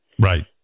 Right